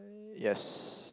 yes